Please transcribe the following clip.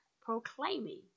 proclaiming